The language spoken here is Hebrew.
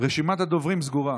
רשימת הדוברים סגורה.